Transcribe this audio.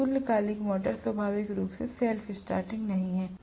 तो तुल्यकालिक मोटर स्वाभाविक रूप से सेल्फ़ स्टार्टिंग नहीं है